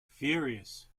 furious